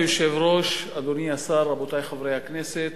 אדוני היושב-ראש, אדוני השר, רבותי חברי הכנסת,